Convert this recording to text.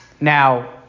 now